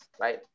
right